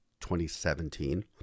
2017